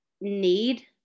need